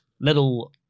little